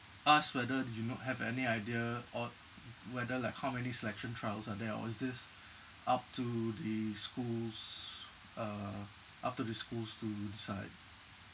ask whether do you not have any idea or whether like how many selection trials are there or is this up to the schools uh up to the schools to decide